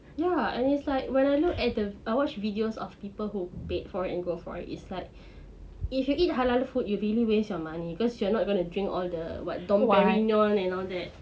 ya and it's like when I look at the I watch videos of people who paid for it and go for it's like if you eat halal food you really waste your money because you are not gonna drink all the what dom perignon and all that